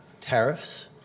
tariffs